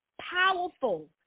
powerful